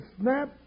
snap